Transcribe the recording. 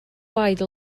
wide